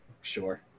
Sure